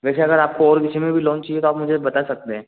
वैसे अगर आपको और विषय में भी लोन चाहिए तो आप मुझे बता सकते हैं